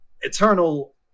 Eternal